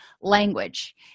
language